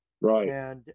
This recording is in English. right